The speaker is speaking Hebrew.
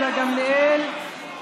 גילה גמליאל,